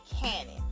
Cannon